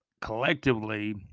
collectively